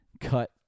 cut